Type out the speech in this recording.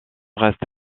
reste